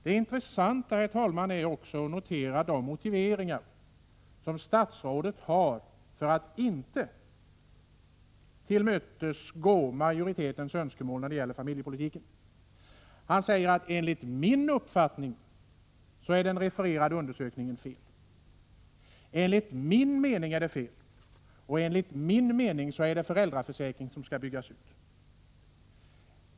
Det är intressant, herr talman, att notera de motiveringar som statsrådet har för att inte tillmötesgå majoritetens önskemål när det gäller familjepolitiken. Statsrådet säger att enligt hans uppfattning är den refererade undersökningen felaktig, enligt hans mening är den felaktig och enligt hans mening är det föräldraförsäkringen som skall byggas ut.